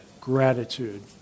gratitude